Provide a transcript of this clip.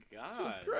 God